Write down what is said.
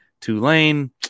Tulane